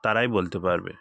তারাই বলতে পারবে